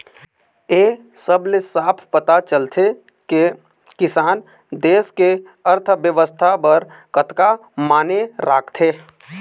ए सब ले साफ पता चलथे के किसान देस के अर्थबेवस्था बर कतका माने राखथे